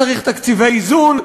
צריך תקציבי איזון,